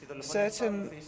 certain